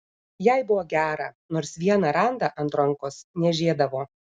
jai buvo gera nors vieną randą ant rankos niežėdavo